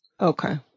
Okay